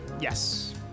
Yes